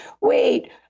wait